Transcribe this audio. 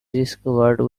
discovered